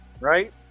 right